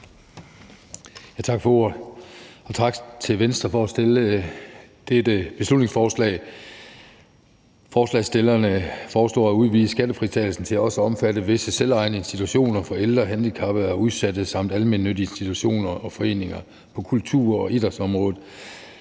Tak for ordet. Og tak til Venstre for at fremsætte dette beslutningsforslag. Forslagsstillerne foreslår at udvide skattefritagelsen til også at omfatte visse selvejende institutioner for ældre, handicappede og udsatte samt almennyttige institutioner og foreninger på kultur- og idrætsområdet.